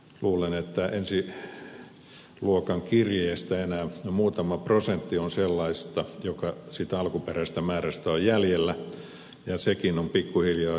luulen että ensiluokan kirjeistä enää muutama prosentti on sellaista joka siitä alkuperäisestä määrästä on jäljellä ja sekin on pikkuhiljaa siirtymässä sähköiseksi